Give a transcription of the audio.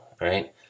right